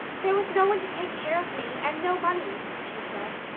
there was no one to take care of me, and no money, she said.